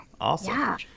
Awesome